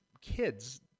kids